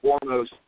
foremost